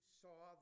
saw